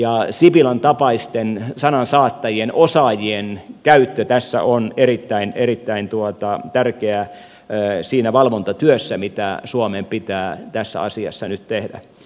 sipilän tapaisten sanansaattajien osaajien käyttö on erittäin tärkeää siinä valvontatyössä mitä suomen pitää tässä asiassa nyt tehdä